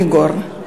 איגור,